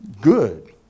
good